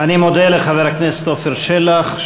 אני מודה לחבר הכנסת עפר שלח,